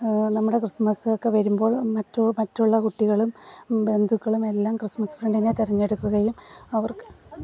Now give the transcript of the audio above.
നമ്മുടെ ക്രിസ്മസ് ഒക്കെ വരുമ്പോൾ മറ്റു മറ്റുള്ള കുട്ടികളും ബന്ധുക്കളും എല്ലാം ക്രിസ്മസ് ഫ്രണ്ടിനെ തെരഞ്ഞെടുക്കുകയും അവർക്ക്